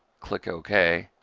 click ok.